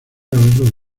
haberlo